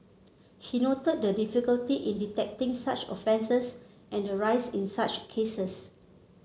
he noted the difficulty in detecting such offences and the rise in such cases